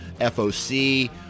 FOC